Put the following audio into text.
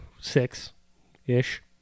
six-ish